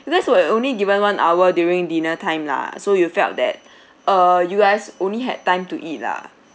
you guys were only given one hour during dinner time lah so you felt that err you guys only had time to eat lah